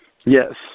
Yes